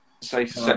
Safe